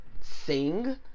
sing